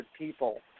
people